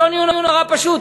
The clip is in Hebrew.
השוני הוא נורא פשוט.